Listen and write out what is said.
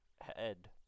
head